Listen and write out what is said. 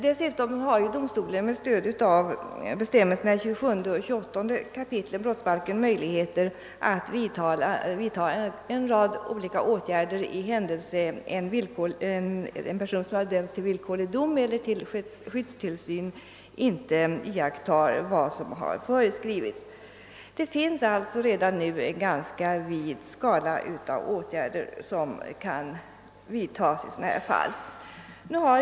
Dessutom har domstolen med stöd av bestämmelserna i 27 och 28 kap. brottsbalken möjligheter att vidta en rad olika åtgärder i händelse en person som = erhållit villkorlig dom eller skyddstillsyn inte iakttar vad som föreskrivits. Det finns alltså redan nu en ganska vid skala av åtgärder som kan tillgripas i sådana här fall.